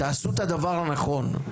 תעשו את הדבר הנכון.